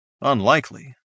Unlikely